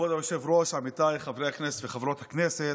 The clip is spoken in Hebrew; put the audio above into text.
הכנסת וחברות הכנסת,